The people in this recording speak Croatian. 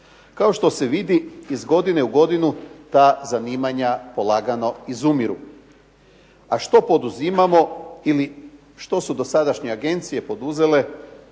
Kao što se vidi, iz godine u godinu ta zanimanja polagano izumiru. A što poduzimamo ili što su dosadašnje agencije poduzele